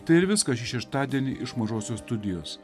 tai ir viskas šį šeštadienį iš mažosios studijos